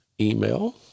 email